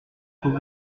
faut